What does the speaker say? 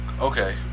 Okay